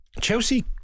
Chelsea